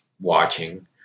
watching